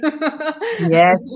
Yes